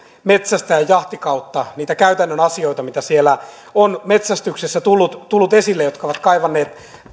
metsästäjän jahtikautta niitä käytännön asioita mitä siellä on metsästyksessä tullut tullut esille ja jotka ovat kaivanneet